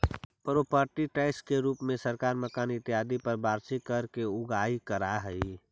property tax के रूप में सरकार मकान इत्यादि पर वार्षिक कर के उगाही करऽ हई